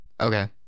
Okay